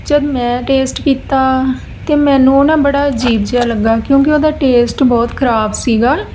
ਜਦੋਂ ਮੈਂ ਟੇਸਟ ਕੀਤਾ ਤਾਂ ਮੈਨੂੰ ਉਹ ਨਾ ਬੜਾ ਅਜੀਬ ਜਿਹਾ ਲੱਗਾ ਕਿਉਂਕਿ ਉਹਦਾ ਟੇਸਟ ਬਹੁਤ ਖਰਾਬ ਸੀਗਾ